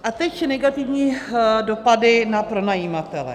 A teď negativní dopady na pronajímatele.